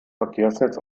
verkehrsnetz